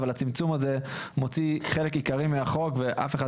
אבל הצמצום הזה מוציא חלק עיקרי מהחוק ואף אחד